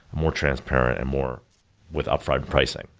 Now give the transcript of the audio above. more transparent and more with upfront pricing.